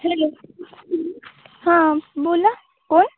hello हां बोला कोण